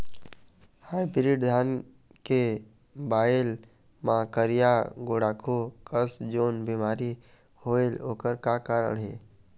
Hybrid धान के बायेल मां करिया गुड़ाखू कस जोन बीमारी होएल ओकर का कारण हे?